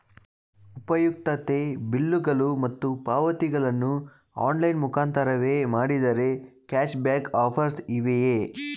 ಉಪಯುಕ್ತತೆ ಬಿಲ್ಲುಗಳು ಮತ್ತು ಪಾವತಿಗಳನ್ನು ಆನ್ಲೈನ್ ಮುಖಾಂತರವೇ ಮಾಡಿದರೆ ಕ್ಯಾಶ್ ಬ್ಯಾಕ್ ಆಫರ್ಸ್ ಇವೆಯೇ?